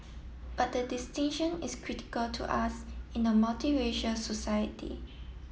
but the distinction is critical to us in a multiracial society